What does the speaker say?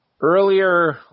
Earlier